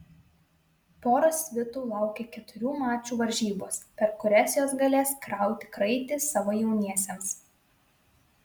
poros svitų laukia keturių mačų varžybos per kurias jos galės krauti kraitį savo jauniesiems